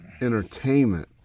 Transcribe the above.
Entertainment